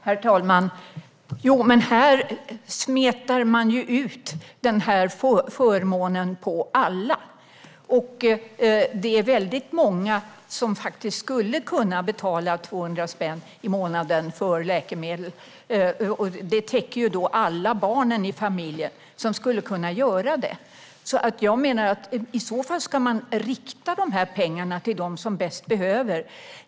Herr talman! Jo, men här smetar man ju ut förmånen på alla. Det är väldigt många som faktiskt skulle kunna betala 200 spänn i månaden för läkemedel. Det täcker då alla barn i familjen. Jag menar att man i så fall ska rikta pengarna till dem som bäst behöver dem.